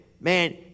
Man